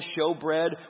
showbread